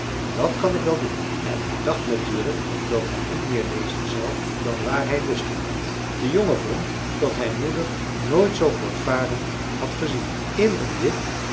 dat kan ik wel doen en hij dacht natuurlijk dat hij niet meer lezen zou dan waar hij lust in had de jongen vond dat hij moeder nooit zoo voortvarend had gezien in een wip